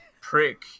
prick